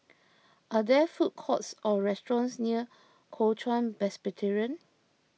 are there food courts or restaurants near Kuo Chuan Presbyterian